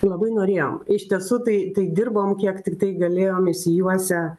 labai norėjom iš tiesų tai tai dirbom kiek tiktai galėjom išsijuosę